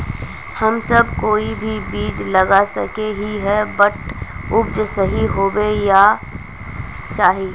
हम सब कोई भी बीज लगा सके ही है बट उपज सही होबे क्याँ चाहिए?